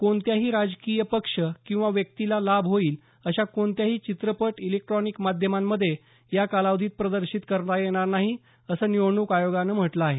कोणत्याही राजकीय पक्ष किंवा व्यक्तीला लाभ होईल असा कोणताही चित्रपट इलेक्ट्रॉनिक माध्यमांमध्ये या कालावधीत प्रदर्शित करता येणार नाही असं निवडणूक आयोगानं म्हटलं आहे